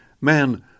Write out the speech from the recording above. Man